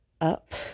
up